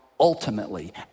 Ultimately